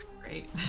Great